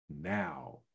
now